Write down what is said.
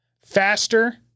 Faster